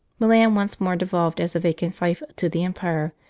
milan once more devolved as a vacant fief to the empire,